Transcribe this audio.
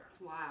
wow